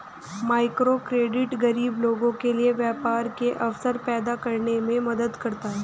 microcredit गरीब लोगों के लिए व्यापार के अवसर पैदा करने में मदद करता है